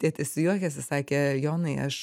tėtis juokėsi sakė jonai aš